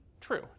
true